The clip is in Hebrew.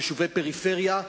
יישובי פריפריה,